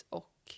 och